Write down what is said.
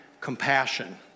compassion